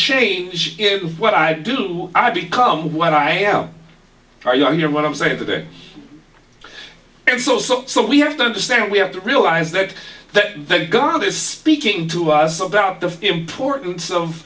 change in what i do i become what i am or your what i'm saying today and so so so we have to understand we have to realize that that that god is speaking to us about the importance of